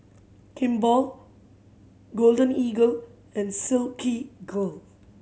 Kimball Golden Eagle and Silkygirl